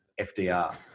FDR